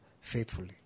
faithfully